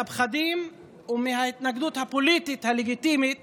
מהפחדים ומההתנגדות הפוליטית הלגיטימית